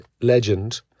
legend